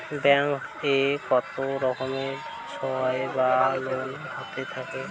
Bank এ কত রকমের ঋণ বা লোন হয়ে থাকে?